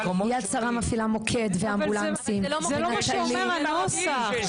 יד שרה מפעילה מוקד ואמבולנסים --- אבל זה לא מה שאומר הנוסח,